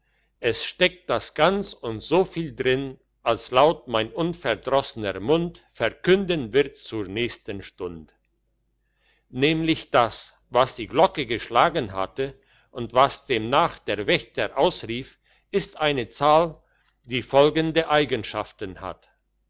es steckt das ganz und so viel drin als laut mein unverdrossener mund verkünden wird zur nächsten stund nämlich das was die glocke geschlagen hatte und was demnach der wächter ausrief ist eine zahl die folgende eigenschaften hat